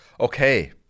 Okay